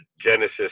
Genesis